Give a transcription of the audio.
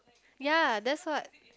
ya that's what